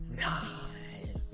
nice